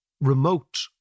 remote